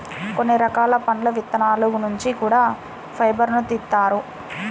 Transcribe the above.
కొన్ని రకాల పండు విత్తనాల నుంచి కూడా ఫైబర్ను తీత్తారు